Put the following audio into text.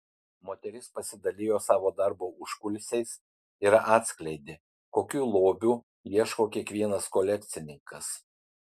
moteris pasidalijo savo darbo užkulisiais ir atskleidė kokių lobių ieško kiekvienas kolekcininkas